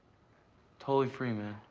totally free, man.